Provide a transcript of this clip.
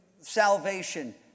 salvation